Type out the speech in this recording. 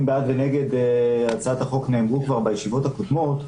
בעד ונגד הצעת החוק נאמרו כבר בישיבות הקודמות.